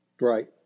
Right